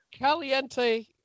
Caliente